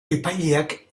epaileak